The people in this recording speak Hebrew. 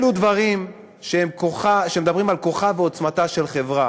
אלו דברים שמדברים על כוחה ועוצמתה של חברה